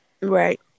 Right